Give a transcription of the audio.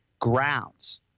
grounds